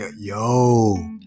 Yo